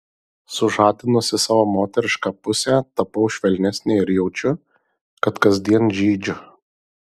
sužadinusi savo moterišką pusę tapau švelnesnė ir jaučiu kad kasdien žydžiu